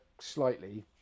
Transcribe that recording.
slightly